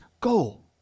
goal